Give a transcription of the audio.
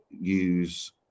use